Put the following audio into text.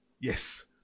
Yes